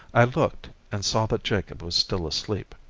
i looked and saw that jacob was still asleep,